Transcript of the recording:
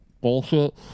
bullshit